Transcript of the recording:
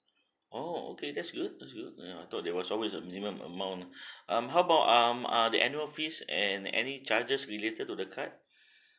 oh okay that's good that's good ya I thought there was always a minimum amount um how about um uh the annual fees and any charges related to the card